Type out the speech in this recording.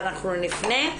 ואנחנו נפנה,